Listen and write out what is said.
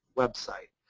website.